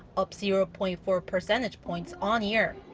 up zero-point-four percentage points on-year.